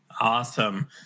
Awesome